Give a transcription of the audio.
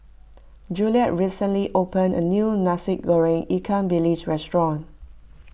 Juliet recently opened a new Nasi Goreng Ikan Bilis restaurant